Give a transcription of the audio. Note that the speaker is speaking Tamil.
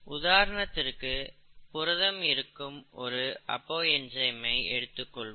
உதாரணத்திற்கு புரதம் இருக்கும் ஒரு அபோ என்சைம்ஐ எடுத்துக்கொள்வோம்